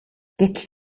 гэтэл